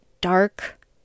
dark